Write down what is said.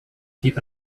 keep